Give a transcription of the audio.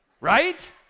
Right